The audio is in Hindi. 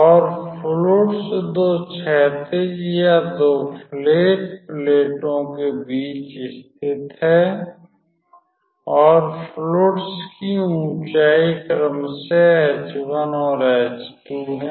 और फ्लुइड्स दो क्षैतिज या दो फ्लैट प्लेटों के बीच स्थित हैं और फ्लुइड्स की ऊंचाई क्रमशः h1 और h2 हैं